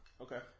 Okay